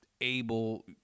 able